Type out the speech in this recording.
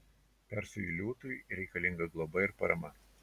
persui liūtui reikalinga globa ir parama